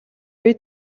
үед